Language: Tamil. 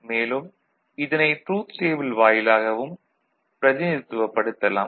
மேலும் இதனை ட்ரூத் டேபிள் வாயிலாகவும் பிரதிநிதித்துவப்படுத்தலாம்